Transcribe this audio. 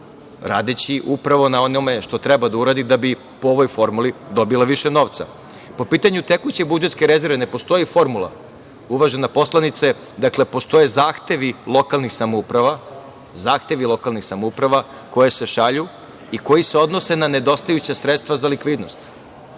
radeći upravo na onome što treba da uradi da bi po ovoj formuli dobila više novca. Po pitanju tekuće budžetske rezerve ne postoji formula, uvažena poslanice, dakle postoje zahtevi lokalnih samouprava koje se šalju i koji se odnose na nedostajuća sredstva za likvidnost.